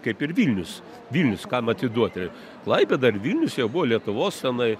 kaip ir vilnius vilnius kam atiduoti klaipėda ir vilnius jie buvo lietuvos tenai